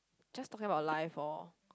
just talking about life lor